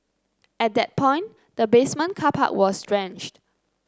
at that point the basement car park was drenched